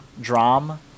Dram